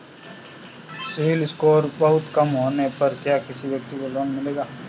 CIBIL score बहुत कम होने पर क्या किसी व्यक्ति को लोंन मिलेगा?